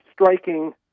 striking